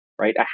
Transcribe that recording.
right